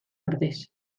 ordez